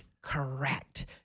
Correct